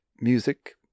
Music